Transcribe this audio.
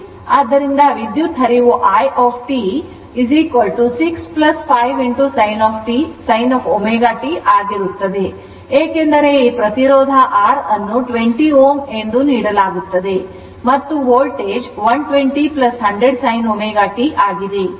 ಆದ್ದರಿಂದ ವಿದ್ಯುತ್ ಹರಿವು i 6 5 sin ω t ಆಗಿರುತ್ತದೆ ಏಕೆಂದರೆ ಈ ಪ್ರತಿರೋಧ R ಅನ್ನು 20Ω ಎಂದು ನೀಡಲಾಗುತ್ತದೆ ಮತ್ತು ವೋಲ್ಟೇಜ್ 120 100 sin ω t ಆಗಿದೆ